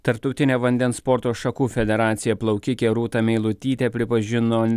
tarptautinė vandens sporto šakų federacija plaukikę rūtą meilutytę pripažino